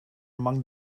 among